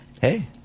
Hey